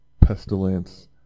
pestilence